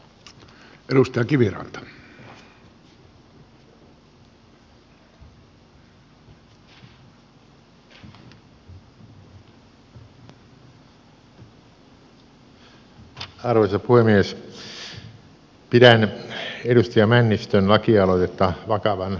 pidän edustaja männistön lakialoitetta vakavan tutkimisen arvoisena